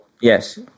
Yes